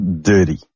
dirty